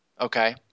Okay